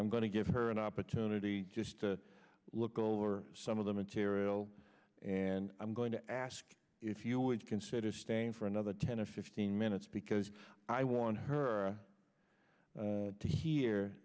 i'm going to give her an opportunity just to look over some of the material and i'm going to ask if you would consider staying for another ten or fifteen minutes because i want her to hear